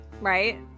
Right